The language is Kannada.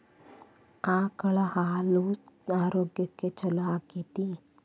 ಆಕಳ ಹಾಲು ಆರೋಗ್ಯಕ್ಕೆ ಛಲೋ ಆಕ್ಕೆತಿ?